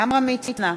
עמרם מצנע,